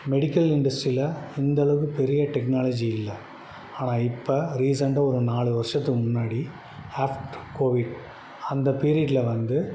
medical இன்டஸ்ட்ரீசில் இந்த அளவுக்கு பெரிய டெக்னாலஜி இல்லை ஆனால் இப்போ ரீசெண்ட்டாக ஒரு நாலு வருஷத்துக்கு முன்னாடி ஆஃப்ட்ரு கோவிட் அந்த பீரியட்டில் வந்து